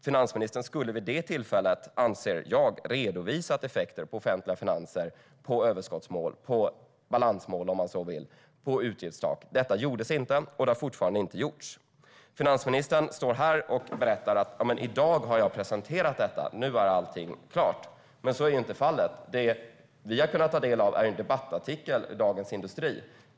Finansministern skulle vid det tillfället, anser jag, ha redovisat effekterna på offentliga finanser, på överskottsmål, på balansmål, om man så vill, och på utgiftstak. Detta gjordes inte och har fortfarande inte gjorts. Finansministern står här och berättar att i dag har hon presenterat detta, att nu är allting klart. Men så är inte fallet. Det vi har kunnat ta del av är en debattartikel i Dagens Industri.